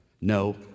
No